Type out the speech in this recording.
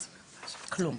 כלום.